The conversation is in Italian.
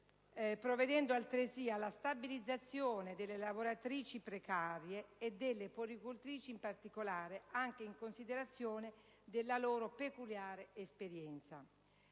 provvedendo altresì alla stabilizzazione delle lavoratrici precarie e delle puericultrici in particolare, anche in considerazione della loro peculiare esperienza.